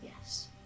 Yes